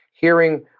hearing